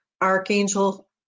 Archangel